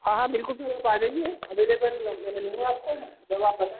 ہاں ہاں بالکل سر آپ آ جائیے آ جائیے سر اویلیبل ہوں آپ کے لیے جب آپ بتائیں